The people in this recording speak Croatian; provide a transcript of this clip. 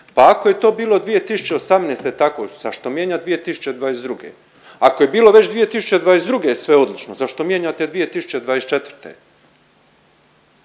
pa ako je to bilo 2018. tako zašto mijenjat 2022.? ako je bilo već 2022. sve odlično zašto mijenjate 2024.?